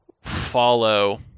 follow